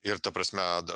ir ta prasme da